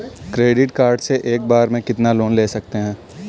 Credit card से एक बार में कितना लोन ले सकते हैं?